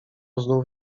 znów